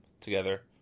together